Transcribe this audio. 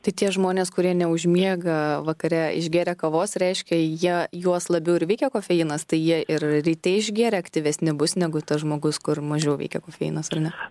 tai tie žmonės kurie neužmiega vakare išgėrę kavos reiškia jie juos labiau ir veikia kofeinas tai jie ir ryte išgėrę aktyvesni bus negu tas žmogus kur mažiau veikia kofeinas ar ne